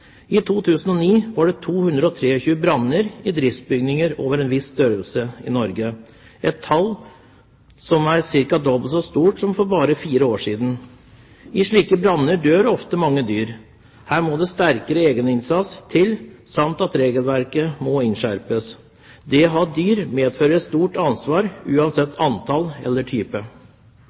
I 2009 var det 223 branner i driftsbygninger over en viss størrelse i Norge – et tall som er ca. dobbelt så stort som for bare fire år siden. I slike branner dør ofte mange dyr. Her må det sterkere egeninnsats til, og regelverket må innskjerpes. Det å ha dyr medfører et stort ansvar uansett antall eller type.